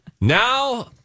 Now